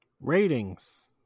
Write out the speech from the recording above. Ratings